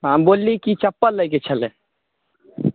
हम बोलली की चपल लैके छलै